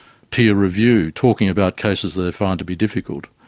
peer review, talking about cases they find to be difficult.